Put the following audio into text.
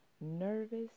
nervous